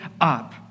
up